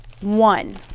one